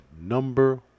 number